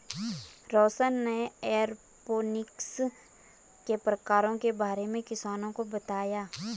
रौशन ने एरोपोनिक्स के प्रकारों के बारे में किसानों को बताया